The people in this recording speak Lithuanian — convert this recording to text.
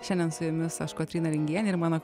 šiandien su jumis aš kotryna lingienė ir mano